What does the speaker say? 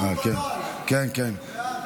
שנספו במערכה (תגמולים ושיקום) (תיקון,